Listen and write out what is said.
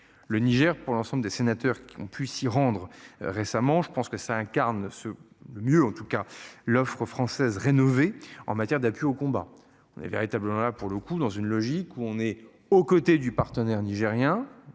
Le Niger pour l'ensemble des sénateurs qui ont pu s'y rendre. Récemment, je pense que ça incarne ce le mieux en tout cas l'offre française rénovée en matière d'appui au combat, on est véritablement là pour le coup dans une logique où on est aux côtés du partenaire nigérien.